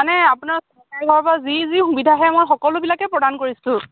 মানে আপোনাৰ চৰকাৰী ঘৰৰপৰা যি যি সুবিধা আহে মই সকলোবিলাকে প্ৰদান কৰিছোঁ